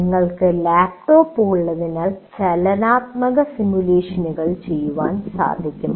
നിങ്ങൾക്ക് ലാപ്ടോപ്പുകൾ ഉള്ളതിനാൽ ചലനാത്മകമായ സിമുലേഷനുകൾ ചെയ്യാൻ കഴിയും